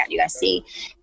USC